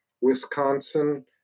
Wisconsin